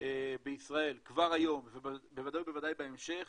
בישראל כבר היום ובוודאי ובוודאי בהמשך